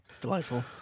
Delightful